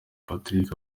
patrick